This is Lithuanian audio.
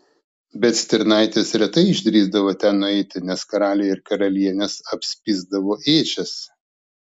bet stirnaitės retai išdrįsdavo ten nueiti nes karaliai ir karalienės apspisdavo ėdžias